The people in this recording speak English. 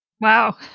Wow